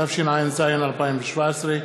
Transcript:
התשע"ז 2017,